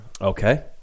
Okay